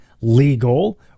legal